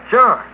Sure